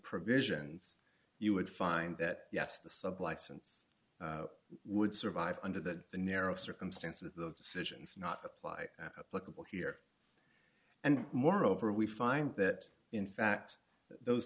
provisions you would find that yes the sublicense would survive under that the narrow circumstances the decision not apply applicable here and moreover we find that in fact those